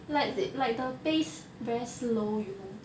like the pace very slow you know